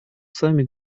сами